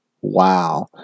Wow